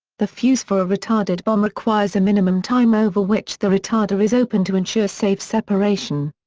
the fuze for a retarded bomb requires a minimum time over which the retarder is open to ensure safe separation.